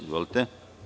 Izvolite.